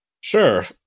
Sure